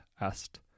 asked